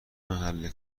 محل